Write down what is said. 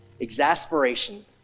exasperation